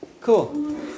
Cool